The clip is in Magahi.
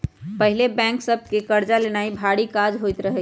पहिके बैंक सभ से कर्जा लेनाइ भारी काज होइत रहइ